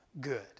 good